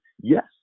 Yes